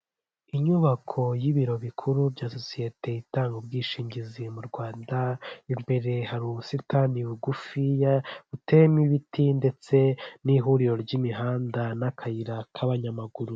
Inyubako y'ibiro bikuru bya sosiyete itanga ubwishingizi mu Rwanda, imbere hari ubusitani bugufiya buteyemo ibiti ndetse n'ihuriro ry'imihanda n'akayira k'abanyamaguru.